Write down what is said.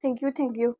thank you thank you